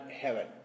heaven